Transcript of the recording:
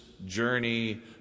journey